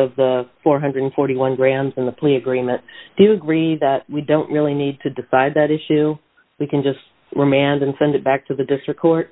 of the four hundred and forty one grams in the plea agreement do you agree that we don't really need to decide that issue we can just remand and send it back to the district court